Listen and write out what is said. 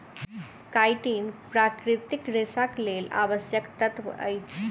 chitin प्राकृतिक रेशाक लेल आवश्यक तत्व अछि